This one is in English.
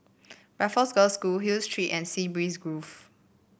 Raffles Girls' School Hill Street and Sea Breeze Grove